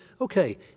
okay